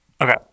Okay